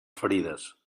ferides